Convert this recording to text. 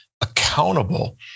accountable